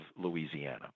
Louisiana